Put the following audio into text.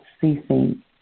ceasing